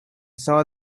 saw